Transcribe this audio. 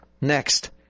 Next